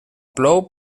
plou